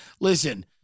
Listen